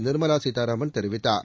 நிர்மலா சீத்தாராமன் தெரிவித்தார்